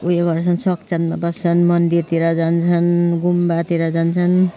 ऊ यो गर्छन् सत्सङ्गमा बस्छन् मन्दिरतिर जान्छन् गुम्बातिर जान्छन्